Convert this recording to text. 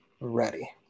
ready